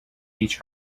peach